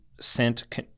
sent